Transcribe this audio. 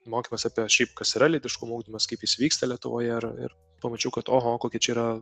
mokymas apie šiaip kas yra lytiškumo ugdymas kaip jis vyksta lietuvoje ir ir pamačiau kad oho kokia čia yra